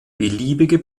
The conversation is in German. beliebige